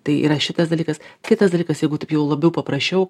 tai yra šitas dalykas kitas dalykas jeigu taip jau lobiau paprasčiau